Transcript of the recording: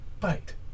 Bite